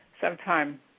sometime